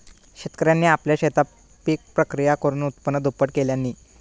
शेतकऱ्यांनी आपल्या शेतात पिक प्रक्रिया करुन उत्पन्न दुप्पट केल्यांनी